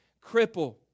cripple